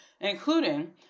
including